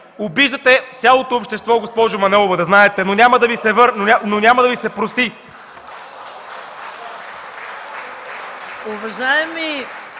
Обиждате цялото общество, госпожо Манолова, да знаете. Но няма да Ви се прости.